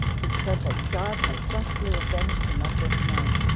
he said that god had justly avenged him of this man,